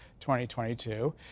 2022